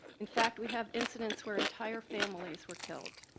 in fact, we have incidents where entire families were killed.